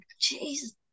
Jesus